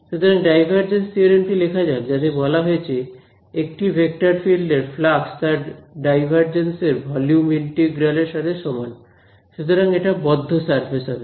সুতরাং divergence theorem টি লেখা যাক যাতে বলা হয়েছে একটি ভেক্টর ফিল্ড এর ফ্লাক্স তার ডাইভারজেন্স এর ভলিউম ইন্টিগ্রাল এর সাথে সমান সুতরাং এটা বদ্ধ সারফেস হবে